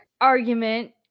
argument